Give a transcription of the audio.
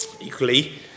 Equally